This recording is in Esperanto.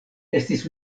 estis